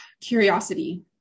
curiosity